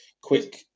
Quick